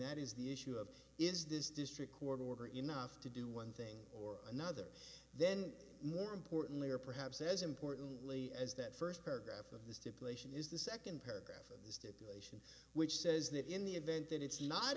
that is the issue of is this district court order enough to do thing or another then more importantly or perhaps as importantly as that first paragraph of the stipulation is the second paragraph of which says that in the event that it's not